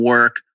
Work